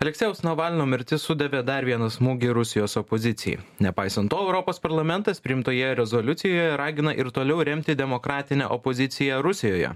aleksejaus navalnio mirtis sudavė dar vieną smūgį rusijos opozicijai nepaisant to europos parlamentas priimtoje rezoliucijoje ragina ir toliau remti demokratinę opoziciją rusijoje